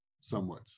somewhat